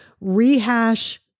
rehash